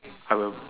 I will